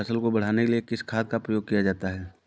फसल को बढ़ाने के लिए किस खाद का प्रयोग किया जाता है?